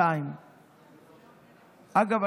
אגב,